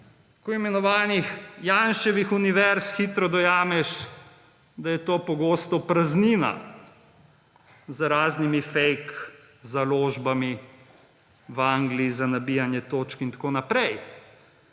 tako imenovanih Janševih univerz hitro dojameš, da je to pogosto praznina za raznimi fake založbami v Angliji za nabijanje točk in tako naprej.